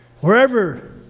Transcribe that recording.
Wherever